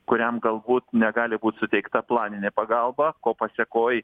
kuriam galbūt negali būt suteikta planinė pagalba ko pasekoj